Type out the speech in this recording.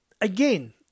again